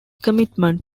commitment